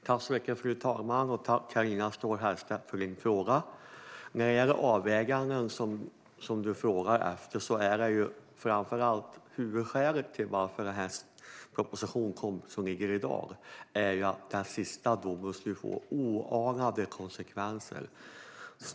Fru talman! Tack för din fråga, Carina Ståhl Herrstedt! När det gäller de avvägningar du frågar efter är huvudskälet till att vi lade fram den proposition som i dag ligger att den senaste domen skulle få oanade konsekvenser.